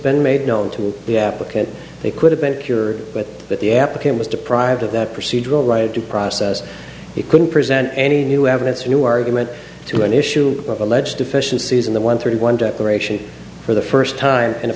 been made known to the applicant they could have been cured but that the applicant was deprived of that procedural right due process he couldn't present any new evidence or new argument to an issue of alleged deficiencies in the one thirty one declaration for the first time